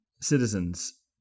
citizens